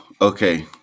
Okay